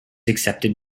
accepted